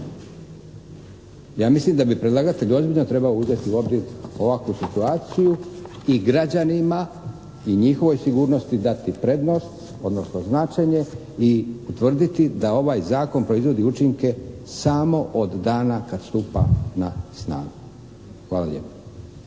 Ja mislim da bi predlagatelj ozbiljno trebao uzeti u obzir ovakvu situaciju i građanima i njihovoj sigurnosti dati prednost, odnosno značenje i utvrditi da ovaj Zakon proizvodi učinke samo od dana kad stupa na snagu. Hvala lijepo.